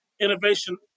innovation